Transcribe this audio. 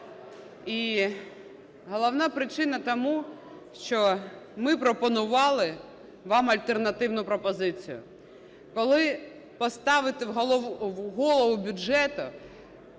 головна причина тому, що ми пропонували вам альтернативну пропозицію, коли поставити в голову бюджету